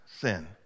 sin